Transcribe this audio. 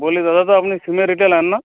বলি দাদা তো আপনি সিমের রিটেলার না